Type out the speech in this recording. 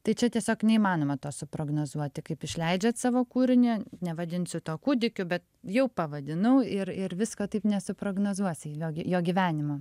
tai čia tiesiog neįmanoma to suprognozuoti kaip išleidžiat savo kūrinį nevadinsiu to kūdikiu bet jau pavadinau ir ir visko taip nesuprognozuosi jo jo gyvenimo